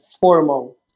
formal